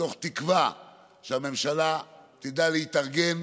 מתוך תקווה שהממשלה תדע להתארגן